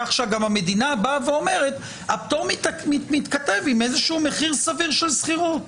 כך שהמדינה אומרת שהפטור מתכתב עם מחיר סביר של שכירות.